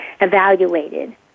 evaluated